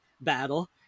battle